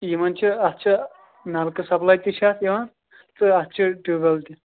یِمن چھِ اَتھ چھِ نَلکہٕ سَپلاے تہِ چھِ اَتھ یِوان تہٕ اَتھ چھِ ٹیٛوٗب وٮ۪ل تہِ